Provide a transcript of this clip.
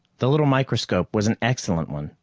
the little microscope was an excellent one,